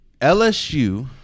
LSU